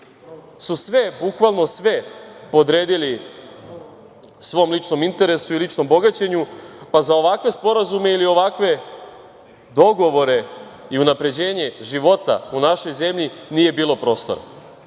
vlasti su sve podredili svom ličnom interesu i ličnom bogaćenju, pa za ovakve sporazume ili ovakve dogovore i unapređenje života u našoj zemlji nije bilo prostora. Ne